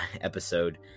episode